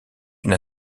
une